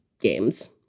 games